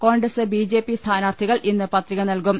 Congress B J P സ്ഥാനാർത്ഥികൾ ഇന്ന് പത്രിക നൽകും